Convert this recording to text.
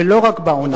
ולא רק בעונה.